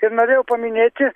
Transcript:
ir norėjau paminėti